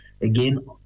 Again